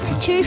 Two